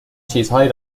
چیزهایی